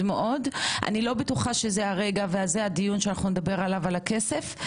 אני לא בטוחה שזה הרגע בדיון לדבר על הכסף.